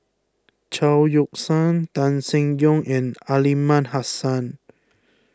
Chao Yoke San Tan Seng Yong and Aliman Hassan